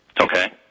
Okay